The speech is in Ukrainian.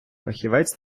фахівець